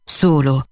solo